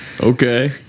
Okay